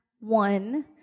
one